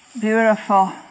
beautiful